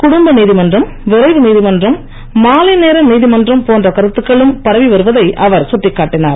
குடும்ப நீதிமன்றம் விரைவு நீதிமன்றம் மாலை நேர நீதிமன்றம் போன்ற கருத்துக்களும் பரவி வருவதை அவர் சுட்டிக்காட்டினார்